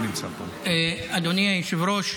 אדוני היושב-ראש,